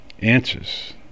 answers